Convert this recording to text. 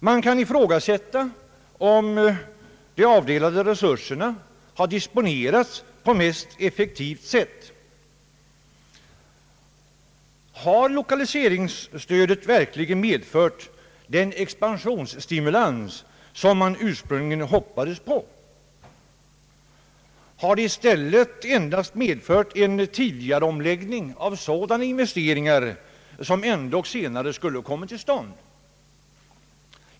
Det kan ifrågasättas om de avdelade resurserna har disponerats på det mest effektiva sättet. Har lokaliseringsstödet verkligen medfört den expansionsstimulans som man ursprungligen hoppades på? Har det i stället endast medfört en tidigareläggning av sådana investeringar som ändock senare skulle ha kommit till stånd?